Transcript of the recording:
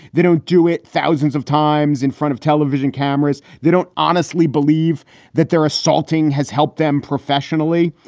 they don't do it thousands of times in front of television cameras. they don't honestly believe that they're assaulting has helped them professionally.